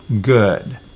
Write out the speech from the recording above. good